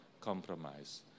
compromise